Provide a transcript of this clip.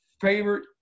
favorite